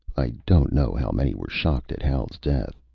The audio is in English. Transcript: i don't know how many were shocked at hal's death,